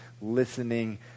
listening